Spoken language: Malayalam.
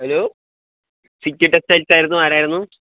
ഹലോ സിറ്റി ടെക്സ്റ്റൈൽസ് ആയിരുന്നു ആരായിരുന്നു